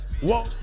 whoa